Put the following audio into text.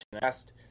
asked